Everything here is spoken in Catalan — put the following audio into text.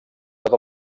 tot